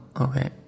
okay